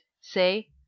say